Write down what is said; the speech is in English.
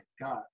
God